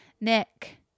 Nick